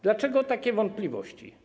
Dlaczego mam takie wątpliwości?